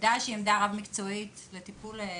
עמדה שהיא רב מקצועית לטיפול בבעיה.